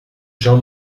jean